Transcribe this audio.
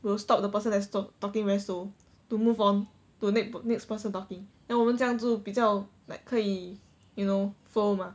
will stop the person that's talk~ talking very slow to move on to the next person talking then 我们这样就比较 like 可以 you know flow mah